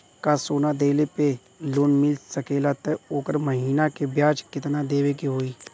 का सोना देले पे लोन मिल सकेला त ओकर महीना के ब्याज कितनादेवे के होई?